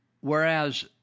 whereas